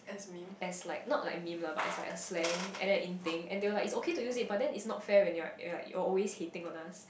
as like not like meme lah but as like a slang and then in thing and they was like it's okay to use but then it's not fair when you are you are you always hating on us